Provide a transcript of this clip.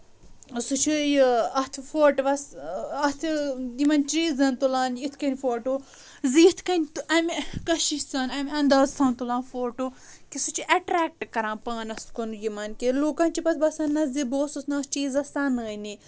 سُہ چھُ یہِ اَتھ فوٹووس اَتھ یِمن چیٖزَن تُلان اِتھ کٔنۍ فوٹو زِ یِتھ کٔنۍ تہٕ اَمہِ کٔشِش سان تہٕ اَمہِ اَنٛدازٕ سان تُلان فوٹو کہِ سُہ چھ ایٚٹریکٹ کران پانَس کُن یمن کہِ لُکن چُھ پَتہٕ باسان نہ زِ بہٕ اوسُس نہٕ چیٖزَس سَنٲنی